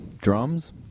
drums